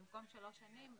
במקום שלוש שנים.